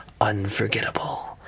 unforgettable